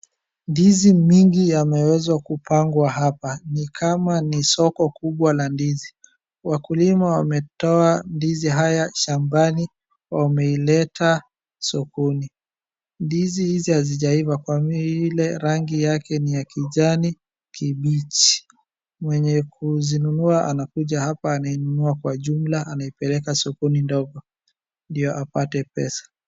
Ndizi mingi yameweza kupangwa hapa. Ni kama ni soko kubwa na ndizi wakulima wametoa haya shambani wameileta sokoni . Ndizi hizi hazijaiva kwani ile rangi yake ni kijani kibichi. Mwenye kuzinunua anakuja hapa anainunua kwa jumla anaipeleka sokoni ndogo ndio apate pesa.